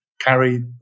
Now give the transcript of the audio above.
carry